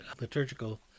liturgical